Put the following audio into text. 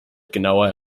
genauer